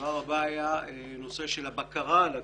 הדבר הבא היה נושא של הבקרה על הכשירות,